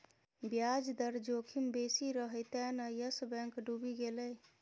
ब्याज दर जोखिम बेसी रहय तें न यस बैंक डुबि गेलै